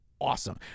awesome